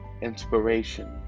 inspiration